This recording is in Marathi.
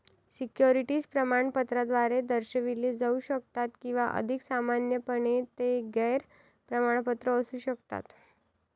सिक्युरिटीज प्रमाणपत्राद्वारे दर्शविले जाऊ शकतात किंवा अधिक सामान्यपणे, ते गैर प्रमाणपत्र असू शकतात